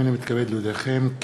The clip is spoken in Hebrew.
הנני מתכבד להודיעכם,